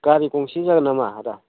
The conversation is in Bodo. गारि गंसे जागोन नामा आदा